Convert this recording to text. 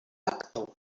actor